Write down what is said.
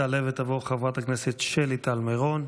תעלה ותבוא חברת הכנסת שלי טל מירון.